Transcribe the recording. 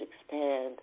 expand